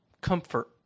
Comfort